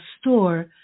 store